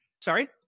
Sorry